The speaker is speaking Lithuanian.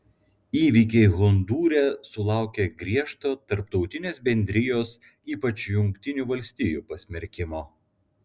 įvykiai hondūre sulaukė griežto tarptautinės bendrijos ypač jungtinių valstijų pasmerkimo